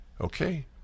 Okay